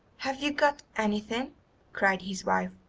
have you got anything cried his wife,